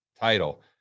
Title